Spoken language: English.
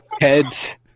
heads